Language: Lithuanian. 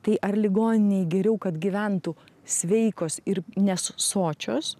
tai ar ligoninei geriau kad gyventų sveikos ir nes sočios